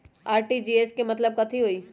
RTGS के मतलब कथी होइ?